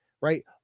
right